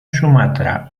sumatra